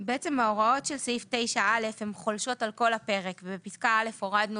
ההוראות סעיף 9א חולשות על כל הפרק ובפסקה (א) הורדנו